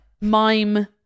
mime